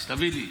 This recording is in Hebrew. תביא לי.